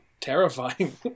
Terrifying